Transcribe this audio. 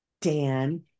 Dan